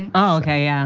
and okay, yeah